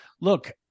look